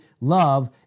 love